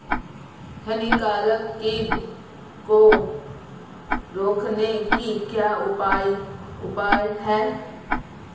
हानिकारक कीट को रोकने के क्या उपाय हैं?